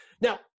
now